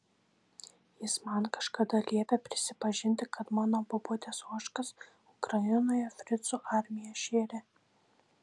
jis man kažkada liepė prisipažinti kad mano bobutės ožkas ukrainoje fricų armija šėrė